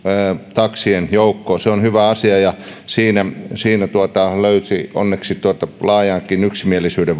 taksien joukkoon se on hyvä asia ja siinä siinä valtiovarainvaliokunta löysi onneksi laajankin yksimielisyyden